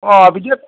औ बिदिब्ला